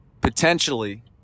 potentially